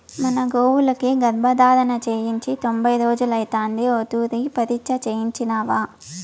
మన గోవులకి గర్భధారణ చేయించి తొంభై రోజులైతాంది ఓ తూరి పరీచ్ఛ చేయించినావా